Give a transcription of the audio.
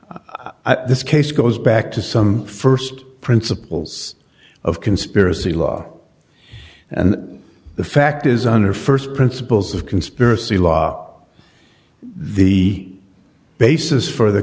i this case goes back to some st principles of conspiracy law and the fact is under st principles of conspiracy law the basis for the